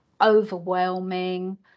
overwhelming